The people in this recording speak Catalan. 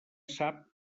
sap